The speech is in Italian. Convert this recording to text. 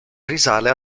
risale